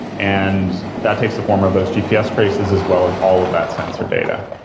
and that takes the form of those gps traces as well as all of that sensor data.